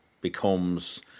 becomes